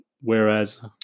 whereas